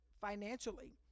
Financially